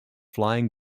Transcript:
flying